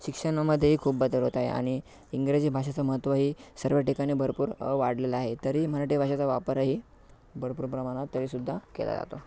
शिक्षणामध्येही खूप बदल होत आहे आणि इंग्रजी भाषेचं महत्त्वही सर्व ठिकाणी भरपूर वाढलेलं आहे तरी मराठी भाषेचा वापरही भरपूर प्रमाणात तरीसुद्धा केला जातो